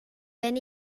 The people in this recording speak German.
wenn